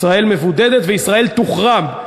ישראל מבודדת וישראל תוחרם,